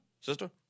sister